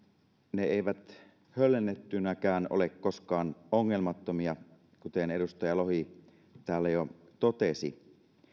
ne eivät höllennettyinäkään ole koskaan ongelmattomia kuten edustaja lohi täällä jo totesi